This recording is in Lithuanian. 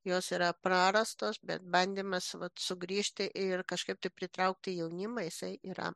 jos yra prarastos bet bandymas sugrįžti ir kažkaip tai pritraukti jaunimą jisai yra